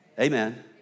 Amen